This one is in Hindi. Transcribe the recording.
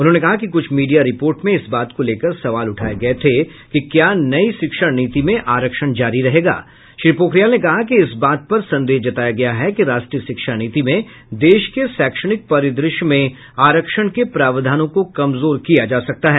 उन्होंने कहा कि कुछ मीडिया रपिोर्ट में इस बात को लेकर सवाल उठाये गये थे कि क्या नई शिक्षा नीति में आरक्षण जारी रहेगा श्री पोखरियाल ने कहा कि इस बात पर संदेह जताया गया है कि राष्ट्रीय शिक्षा नीति में देश के शैक्षणिक परिदृश्य में आरक्षण के प्रावधानों को कमजोर किया जा सकता है